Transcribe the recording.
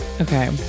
Okay